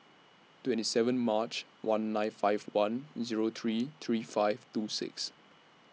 twenty seven March one nine five one Zero three three five two six